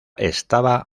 estaba